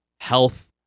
health